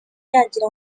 yagira